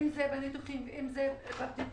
אם זה בניתוחים ואם זה בבדיקות,